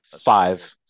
five